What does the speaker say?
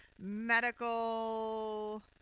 medical